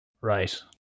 Right